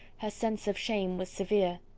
her sense of shame was severe.